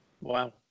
wow